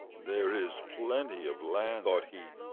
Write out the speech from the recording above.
there is plenty of land, thought he,